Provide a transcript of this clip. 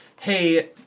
hey